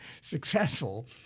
successful